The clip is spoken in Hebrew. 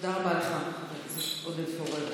תודה רבה לך, חבר הכנסת עודד פורר.